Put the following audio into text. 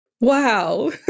Wow